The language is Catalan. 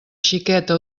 xiqueta